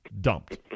dumped